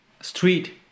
street